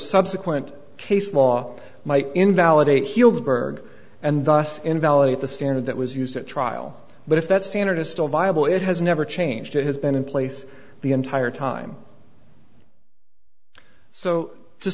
subsequent case law might invalidate healdsburg and thus invalidate the standard that was used at trial but if that standard is still viable it has never changed it has been in place the entire time so to